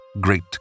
great